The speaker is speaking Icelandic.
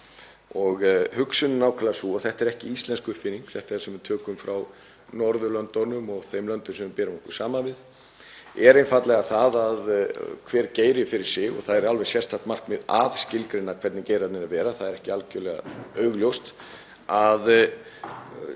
Hugsunin nákvæmlega er sú — og þetta er ekki íslensk uppfinning, þetta er eitthvað sem við tökum frá Norðurlöndunum og þeim löndum sem við berum okkur saman við — einfaldlega að hver geiri fyrir sig — og það er alveg sérstakt markmið að skilgreina hvernig geirarnir eiga að vera, það er ekki algerlega augljóst —